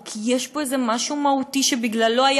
או כי יש פה איזה משהו מהותי שבגללו היה